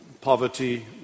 poverty